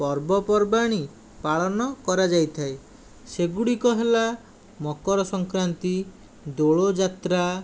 ପର୍ବପର୍ବାଣି ପାଳନ କରାଯାଇଥାଏ ସେଗୁଡ଼ିକ ହେଲା ମକରସଂକ୍ରାନ୍ତି ଦୋଳ ଯାତ୍ରା